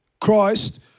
Christ